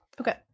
Okay